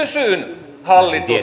kysyn hallitus